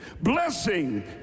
blessing